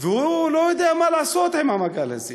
והוא לא יודע מה לעשות עם המגל הזה.